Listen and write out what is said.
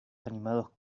animados